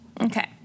Okay